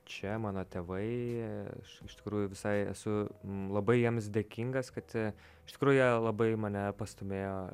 čia mano tėvai iš tikrųjų visai esu labai jiems dėkingas kad iš tikrųjų jie labai mane pastūmėjo